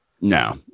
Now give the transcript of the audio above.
No